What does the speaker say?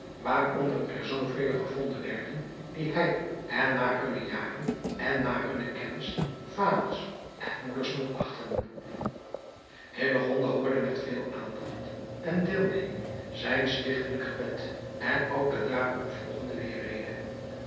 waaronder er zoovele gevonden werden die hij en naar hunne jaren en naar hunne kennis vaders en moeders mogt achten hoorde met veel aandacht en deelneming zijn stichtelijk gebed en ook de daarop volgende